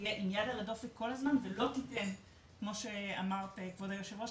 ותהיה עם יד על הדופק על הזמן ולא תיתן כמו שאמרת כבוד היו"ר,